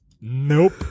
Nope